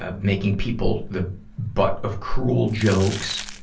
ah making people the butt of cruel jokes,